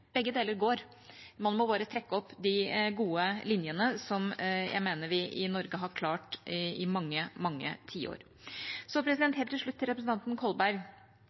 Begge deler går, man må bare trekke opp de gode linjene, som jeg mener vi i Norge har klart i mange tiår. Så til slutt til representanten Kolberg: